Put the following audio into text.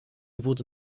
wurde